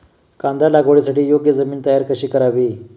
कांदा लागवडीसाठी योग्य जमीन तयार कशी करावी?